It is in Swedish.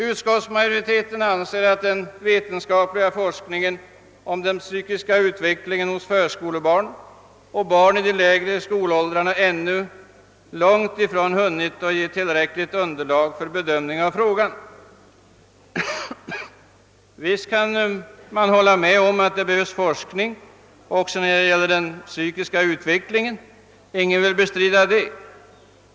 Utskottsmaijoriteten anser att »den vetenskapliga forskningen om den psykiska utvecklingen hos förskolebarn och barn i de lägre skolåldrarna ännu långt ifrån hunnit ge tillräckligt underlag för en bedömning av frågan». Visst kan man hålla med om att det behövs forskning också när det gäller den psykiska utvecklingen. Ingen vill bestrida det.